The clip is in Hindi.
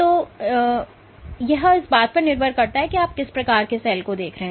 तो यह इस बात पर निर्भर करता है कि आप किस प्रकार के सेल को देख रहे हैं